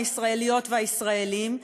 הישראליות והישראלים,